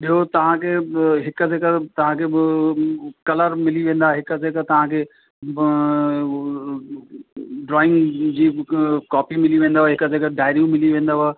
ॿियो तव्हांखे ॿि हिकु ते हिकु तव्हांखे ॿ कलर मिली वेंदा हिकु ते हिकु तव्हांखे बि ड्रॉइंग जी कॉपी मिली वेंदव हिकु ते हिकु डाएरियूं मिली वेंदव